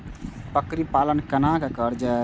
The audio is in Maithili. बकरी पालन केना कर जाय?